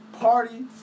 party